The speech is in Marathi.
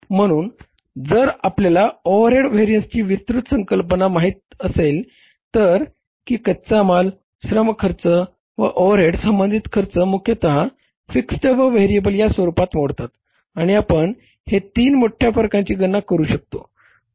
म्हणून जर आपल्याला ओव्हरहेड व्हेरिअन्सची विस्तृत संकल्पना माहित असेल तर की कच्चा माल श्रम खर्च व ओव्हरहेड संबंधी खर्च मुख्यतः फिक्स्ड व व्हेरिएबल या स्वरूपात मोडतात आणि आपण हे तीन मोठ्या फरकांची गणना करू शकतो